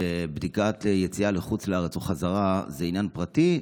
שבדיקה ביציאה לחוץ לארץ או בחזרה זה עניין פרטי,